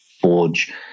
forge